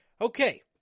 Okay